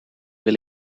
wil